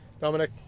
Dominic